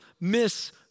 miss